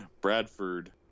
Bradford